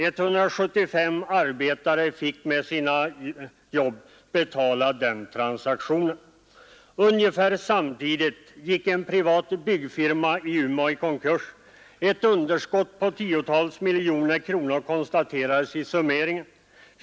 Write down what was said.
175 arbetare fick med sina jobb betala den transaktionen. Ungefär samtidigt gick en privat byggfirma i Umeå i konkurs. Ett underskott på tiotals miljoner kronor konstaterades vid summeringen.